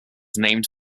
named